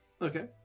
Okay